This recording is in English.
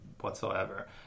whatsoever